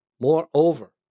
Moreover